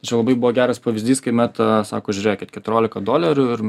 čia labai buvo geras pavyzdys kai meta sako žiūrėkit keturiolika dolerių ir